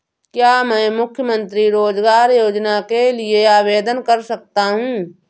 क्या मैं मुख्यमंत्री रोज़गार योजना के लिए आवेदन कर सकता हूँ?